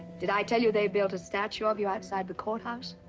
did i tell you they built a statue of you. outside the courthouse?